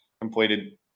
completed